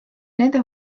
nende